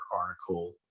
article